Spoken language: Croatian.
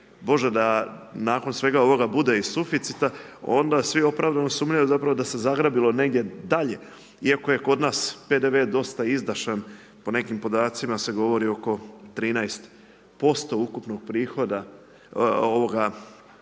Bože da nakon svega ovoga bude i suficita onda svi opravdano sumnjaju zapravo da se zagrabilo negdje dalje iako je kod nas PDV dosta izdašan, po nekim podacima se govori oko 13% ukupnog prihoda,